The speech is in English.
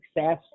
success